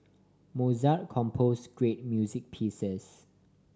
Mozart compose great music pieces